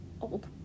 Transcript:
old